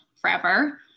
forever